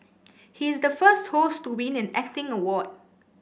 he is the first host to win an acting award